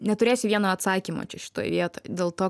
neturėsiu vieno atsakymo čia šitoj vietoj dėl to